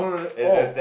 and it's damn sad